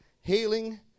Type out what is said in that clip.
Healing